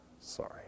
sorry